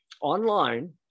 online